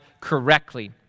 correctly